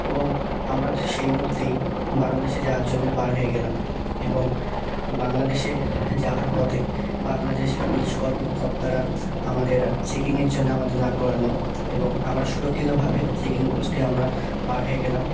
এবং আমরা সেই মুহুর্তেই বাংলাদেশে যাওয়ার জন্যে বার হয়ে গেলাম এবং বাংলাদেশে যাওয়ার পথে বাংলাদেশ পুলিশ কর্ম কর্তারা আমাদের চেকিংয়ের জন্য আমাদের দাঁড় করালো এবং আমরা সুরক্ষিতভাবে চেকিং পোস্টে আমরা বার হয়ে গেলাম